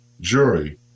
jury